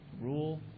rule